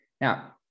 Now